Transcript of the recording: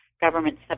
government